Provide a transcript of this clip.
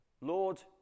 Lord